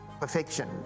perfection